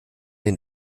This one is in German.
den